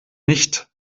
nicht